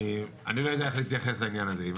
אני לא יודע איך להתייחס לעניין הזה.